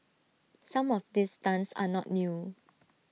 some of these stunts are not new